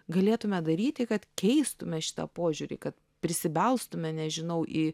galėtume daryti kad keistume šitą požiūrį kad prisibelstume nežinau į